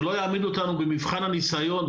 שלא יעמיד אותנו במבחן הניסיון,